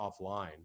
offline